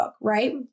right